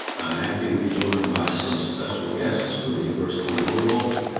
i'm happy to be joined by some special guests from the university of louisville.